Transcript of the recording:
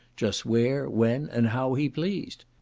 just where, when, and how he pleased.